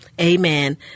Amen